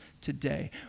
today